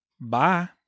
Bye